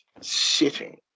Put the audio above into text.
sitting